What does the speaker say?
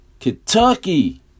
Kentucky